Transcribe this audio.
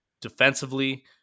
Defensively